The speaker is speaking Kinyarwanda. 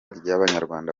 ry’abanyarwanda